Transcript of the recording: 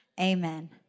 Amen